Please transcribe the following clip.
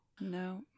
No